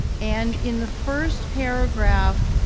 and in the first paragraph,